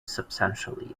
substantially